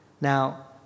Now